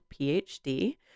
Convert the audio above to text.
PhD